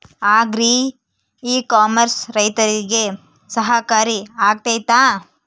Agri e commerce ರೈತರಿಗೆ ಸಹಕಾರಿ ಆಗ್ತೈತಾ?